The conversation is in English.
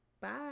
bye